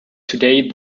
today